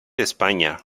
españa